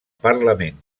parlament